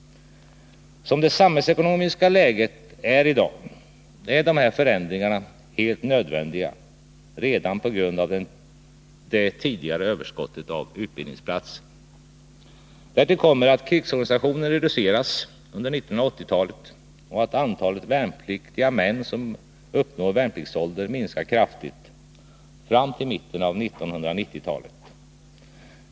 Som det samhällsekonomiska läget är i dag är dessa förändringar helt nödvändiga redan på grund av det tidigare överskottet av utbildningsplatser. Därtill kommer att krigsorganisationen reduceras under 1980-talet och att antalet värnpliktiga män som uppnår värnpliktsålder minskar kraftigt fram till mitten av 1990-talet.